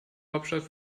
hauptstadt